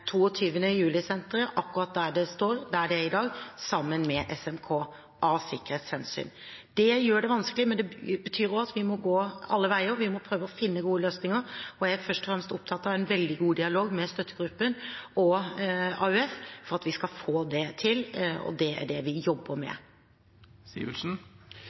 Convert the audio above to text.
der det er i dag, sammen med SMK, av sikkerhetshensyn. Det gjør det vanskelig, men det betyr også at vi må gå alle veier, vi må prøve å finne gode løsninger, og jeg er først og fremst opptatt av en veldig god dialog med støttegruppen og AUF for at vi skal få det til. Det er det vi jobber med.